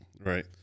right